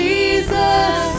Jesus